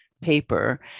paper